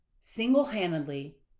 single-handedly